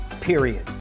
Period